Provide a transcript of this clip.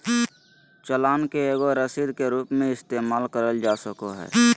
चालान के एगो रसीद के रूप मे इस्तेमाल करल जा सको हय